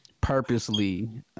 purposely